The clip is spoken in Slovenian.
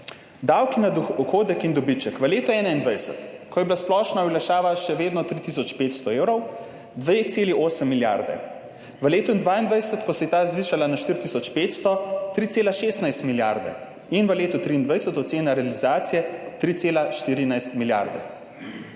davki na dohodek in dobiček. V letu 2021, ko je bila splošna olajšava še vedno 3 tisoč 500 evrov, 2,8 milijarde, v letu 2022, ko se je ta zvišala na 4 tisoč 500, 3,16 milijarde, in v letu 2023 ocena realizacije 3,14 milijarde.